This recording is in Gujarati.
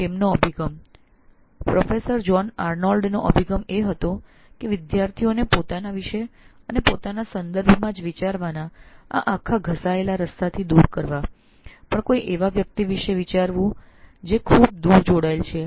તેમનો અભિગમ પ્રોફેસર જ્હોન આર્નોલ્ડનો અભિગમ એ હતો વિદ્યાર્થીઓ ફક્ત સ્વ વિષે કે સંલગ્ન લોકો વિષે જ વિચારવાના ભાતીગળ રસ્તાથી ભિન્ન એવા લોકો વિષે પણ વિચારે જેમની સાથે ખૂબ દૂરનું જોડાણ છે